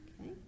Okay